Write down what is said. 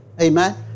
Amen